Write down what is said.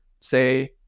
say